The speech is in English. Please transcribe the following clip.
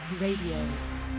Radio